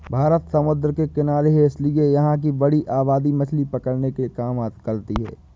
भारत समुद्र के किनारे है इसीलिए यहां की बड़ी आबादी मछली पकड़ने के काम करती है